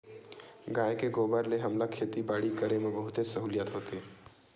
गाय के गोबर ले हमला खेती बाड़ी करे म बहुतेच सहूलियत होथे